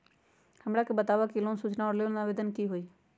हमरा के बताव कि लोन सूचना और लोन आवेदन की होई?